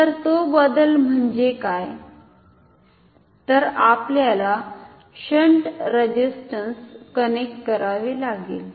तर तो बदल म्हणजे काय तर आपल्याला शंट रेझिस्टन्स कनेक्ट करावे लागेल